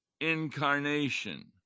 incarnation